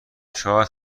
شاید